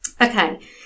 Okay